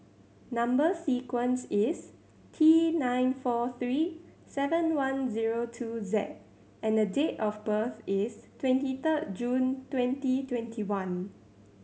number sequence is T nine four three seven one zero two Z and date of birth is twenty third June twenty twenty one